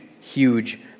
huge